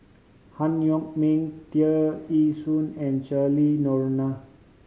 Han Yong May Tear Ee Soon and Cheryl Noronha